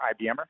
IBMer